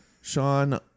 Sean